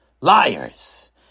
Liars